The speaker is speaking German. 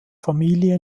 familie